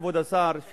כבוד השר,